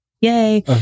yay